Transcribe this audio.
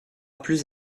plus